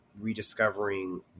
rediscovering